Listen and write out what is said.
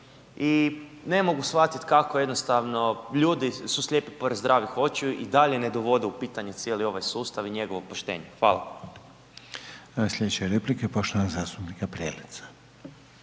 i ne mogu shvatit kako jednostavno ljudi su slijepi pored zdravih očiju i dalje ne dovode u pitanje cijeli ovaj sustav i njegovo poštenje. Hvala. **Reiner, Željko (HDZ)** Slijedeće